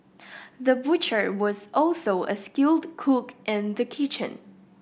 the butcher was also a skilled cook in the kitchen